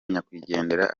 nyakwigendera